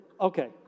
Okay